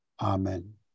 amen